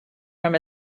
from